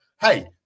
hey